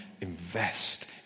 invest